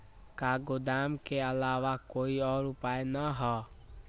का गोदाम के आलावा कोई और उपाय न ह?